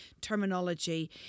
terminology